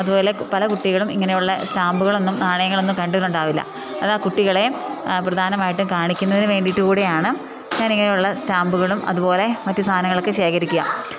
അതുപോലെ പല കുട്ടികളും ഇങ്ങനെയുള്ള സ്റ്റാമ്പുകളൊന്നും നാണയങ്ങളൊന്നും കണ്ടിട്ടുണ്ടാവില്ല അതാ കുട്ടികളെ പ്രധാനമായിട്ടും കാണിക്കുന്നതിന് വേണ്ടിയിട്ട് കൂടെയാണ് ഞാൻ ഇങ്ങനെയുള്ള സ്റ്റാമ്പുകളും അതുപോലെ മറ്റ് സാധനങ്ങളൊക്കെ ശേഖരിക്കുക്ക